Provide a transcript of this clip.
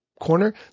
corner